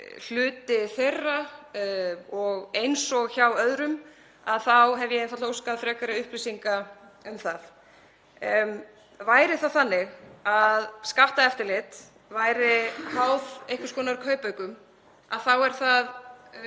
hluti þeirra og eins og hjá öðrum þá hef ég einfaldlega óskaði frekari upplýsinga um það. Væri það þannig að skatteftirlit væri háð einhvers konar kaupaukum þá er það